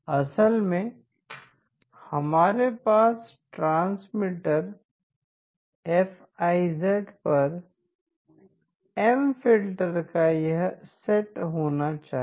असल में हमारे पास ट्रांसमीटर Fi पर एम फ़िल्टर का यह सेट होना चाहिए